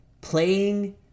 playing